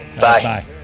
Bye